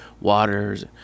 waters